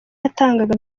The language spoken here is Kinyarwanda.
yatangaga